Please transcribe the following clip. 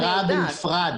הבקשה עכשיו,